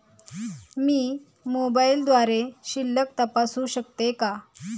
मी मोबाइलद्वारे शिल्लक तपासू शकते का?